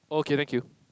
okay thank you